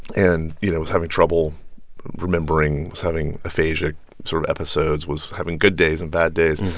and you know was having trouble remembering, was having aphasiac sort of episodes, was having good days and bad days